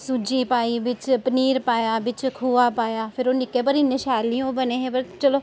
सूजी पाई बिच्च पनीर पाया बिच्च खोया पाया फिर ओह् निक्के पर ओह् इन्ने शैल नी ओह् बने हे पर चलो